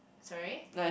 sorry